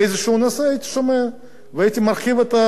הייתי שומע והייתי מרחיב את הידע,